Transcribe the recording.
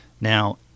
Now